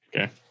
Okay